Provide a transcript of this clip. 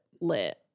Lit